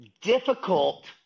difficult